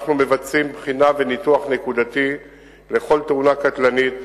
אנחנו מבצעים בחינה וניתוח נקודתי של כל תאונה קטלנית,